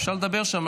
אפשר לדבר שם.